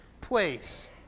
place